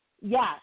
yes